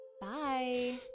Bye